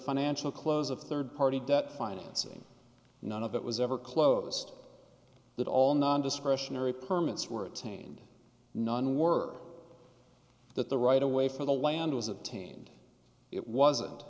financial close of third party debt financing none of it was ever closed that all nondiscretionary permits were attained none were that the right away for the land was obtained it wasn't